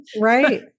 Right